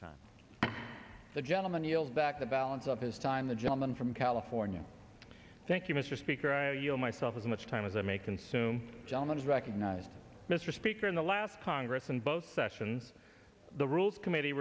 time the gentleman yield back the balance of his time the gentleman from california thank you mr speaker i yield myself as much time as i may consume gentleman's recognize mr speaker in the last congress and both sessions the rules committee